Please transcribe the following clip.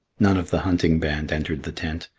none of the hunting band entered the tent,